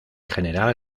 general